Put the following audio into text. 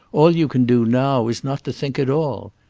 all you can do now is not to think at all.